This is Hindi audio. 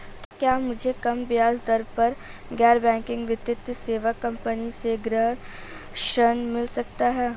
क्या मुझे कम ब्याज दर पर गैर बैंकिंग वित्तीय सेवा कंपनी से गृह ऋण मिल सकता है?